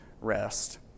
rest